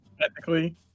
technically